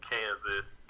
Kansas